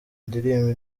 ndirimba